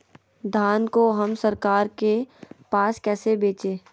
धान को हम सरकार के पास कैसे बेंचे?